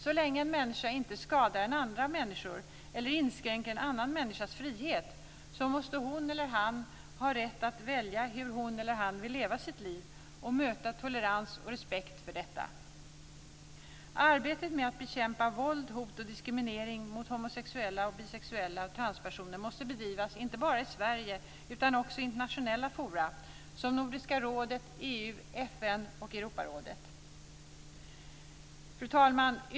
Så länge en människa inte skadar andra människor eller inskränker en annan människas frihet måste hon eller han ha rätt att välja hur hon eller han vill leva sitt liv och möta tolerans och respekt för detta. Arbetet med att bekämpa våld, hot och diskriminering mot homosexuella, bisexuella och transpersoner måste bedrivas inte bara i Sverige utan också i internationella forum som Nordiska rådet, EU, FN Fru talman!